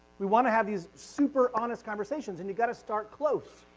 we want to have these super honest conversations and you've got to start close.